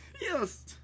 Yes